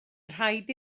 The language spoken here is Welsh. rhaid